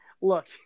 look